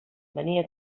venia